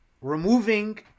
Removing